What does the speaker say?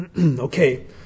Okay